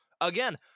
Again